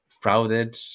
crowded